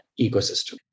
ecosystem